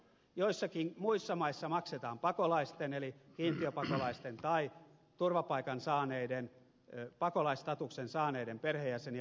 joissakin muissa maissa maksetaan pakolaisten eli kiintiöpakolaisten tai turvapaikansaaneiden pakolaisstatuksen saaneiden perheenjäsenien matkat